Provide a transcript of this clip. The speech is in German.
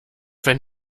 wenn